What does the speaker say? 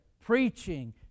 preaching